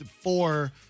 four